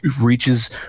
reaches